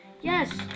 yes